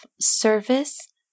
service